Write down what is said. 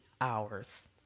hours